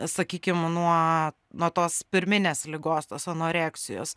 sakykim nuo nuo tos pirminės ligos tos anoreksijos